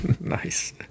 Nice